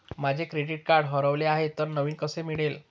माझे credit card हरवले आहे तर नवीन कसे मिळेल?